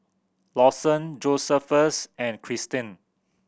Lawson Josephus and Christen